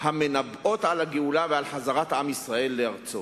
המנבאות על הגאולה ועל חזרת עם ישראל לארצו.